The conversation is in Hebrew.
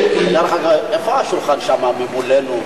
איפה השולחן שם ממולנו?